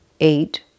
eight